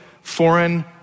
foreign